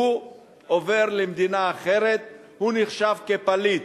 והוא עובר למדינה אחרת, הוא נחשב פליט.